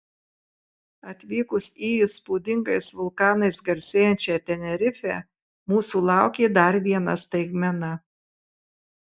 atvykus į įspūdingais vulkanais garsėjančią tenerifę mūsų laukė dar viena staigmena